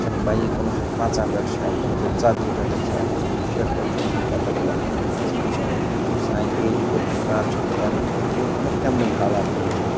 یہِ چھَنہٕ پَیی کُنوُہ شَتھ پنٛژاہ پٮ۪ٹھٕ چھا کُنوُہ شَتھ ژتجی پٮ۪ٹھَے چھا کُنوُہ شَتھ شیٹھ پٮ۪ٹھ چھا یہِ چھَنہٕ پَتہ کینٛہہ یہِ چھُ سانہِ ایجہِ بٕروٚنٛہِم کَر چھِکھ یِم بَنٲوۍمٕتۍ یِم چھِ وۄنۍ مگر تِمنٕے حالاتَن منٛز